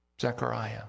Zechariah